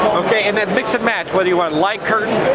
okay and then mix-and-match whether you want light curtains,